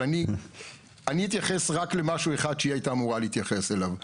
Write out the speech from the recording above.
אבל אני אתייחס רק למשהו אחד שהיא הייתה אמורה להתייחס אליו.